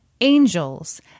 Angels